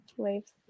waves